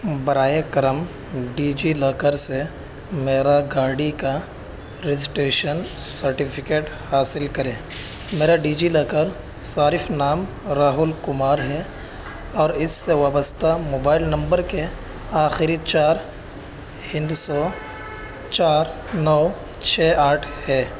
براے کرم DigiLocker سے میرا گاڑی کا رجسٹریشن سرٹیفکیٹ حاصل کریں میرا ڈیجی لاکر صارف نام راہل کمار ہے اور اس سے وابستہ موبائل نمبر کے آخری چار ہندسوں چار نو چھ آٹھ ہے